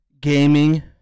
Gaming